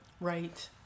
Right